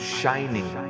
shining